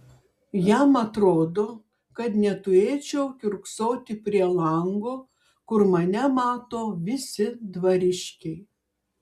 jam atrodo kad neturėčiau kiurksoti prie lango kur mane mato visi dvariškiai